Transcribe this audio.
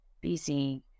busy